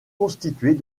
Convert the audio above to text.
constituée